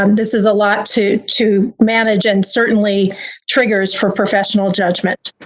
um this is a lot to to manage and certainly triggers for professional judgment.